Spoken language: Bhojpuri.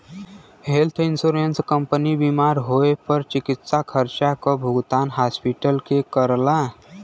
हेल्थ इंश्योरेंस कंपनी बीमार होए पर चिकित्सा खर्चा क भुगतान हॉस्पिटल के करला